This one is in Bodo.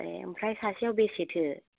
ए ओमफ्राय सासेयाव बेसेथो